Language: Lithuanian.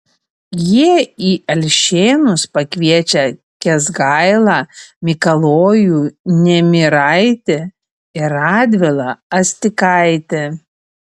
jie į alšėnus pakviečia kęsgailą mikalojų nemiraitį ir radvilą astikaitį